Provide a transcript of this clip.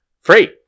Free